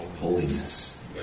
holiness